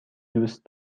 دوست